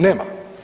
Nema.